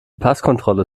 passkontrolle